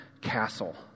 castle